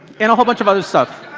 and a whole bunch of other stuff.